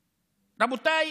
רבותיי,